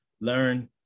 learn